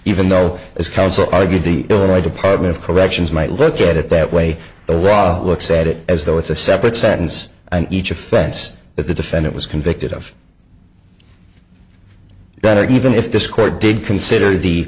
even though as counsel argued the illinois department of corrections might look at it that way the wrong looks at it as though it's a separate sentence and each offense that the defendant was convicted of that even if this court did consider the